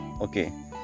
okay